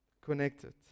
connected